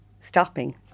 stopping